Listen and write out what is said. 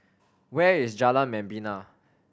where is Jalan Membina